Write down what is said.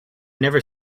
never